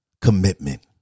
commitment